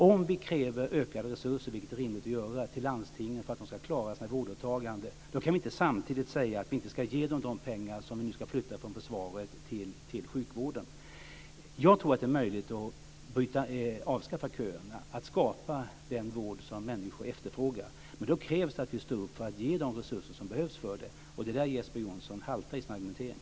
Om vi kräver ökade resurser - vilket är rimligt att göra - till landstingen för att de ska klara sina vårdåtaganden kan vi inte samtidigt säga att vi inte ska ge dem de pengar som vi nu ska flytta från försvaret till sjukvården. Jag tror att det är möjligt att avskaffa köerna och skapa den vård som människor efterfrågar. Men då krävs det att vi står upp för att ge de resurser som behövs för detta, och det är där som Jeppe Johnsson haltar i sin argumentering.